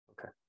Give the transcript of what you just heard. okay